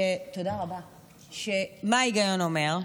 מה ההיגיון אומר?